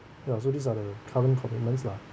ya so these are the current commitments lah